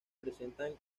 presentan